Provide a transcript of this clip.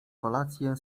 kolację